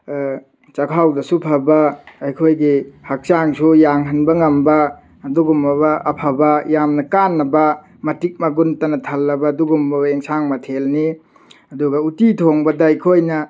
ꯆꯥꯛꯈꯥꯎꯗꯁꯨ ꯐꯕ ꯑꯩꯈꯣꯏꯒꯤ ꯍꯛꯆꯥꯡꯁꯨ ꯌꯥꯡꯍꯟꯕ ꯉꯝꯕ ꯑꯗꯨꯒꯨꯝꯂꯕ ꯑꯐꯕ ꯌꯥꯝꯅ ꯀꯥꯟꯅꯕ ꯃꯇꯤꯛ ꯃꯒꯨꯟꯇꯅ ꯊꯜꯂꯕ ꯑꯗꯨꯒꯨꯝꯒꯕ ꯑꯦꯟꯁꯥꯡ ꯃꯊꯦꯜꯅꯤ ꯑꯗꯨꯒ ꯎꯠꯇꯤ ꯊꯣꯡꯕꯗ ꯑꯩꯈꯣꯏꯅ